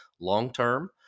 long-term